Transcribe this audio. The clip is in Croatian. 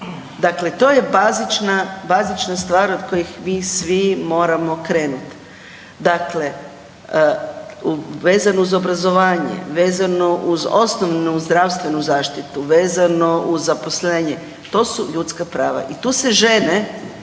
Dakle to je bazična stvar od kojih mi svi moramo krenuti. Dakle, vezano uz obrazovanje, vezano uz osnovnu zdravstvenu zaštitu, vezano uz zaposlenje, to su ljudska prava i tu se žene